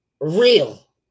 Real